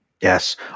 yes